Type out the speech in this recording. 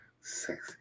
Sexy